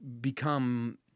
become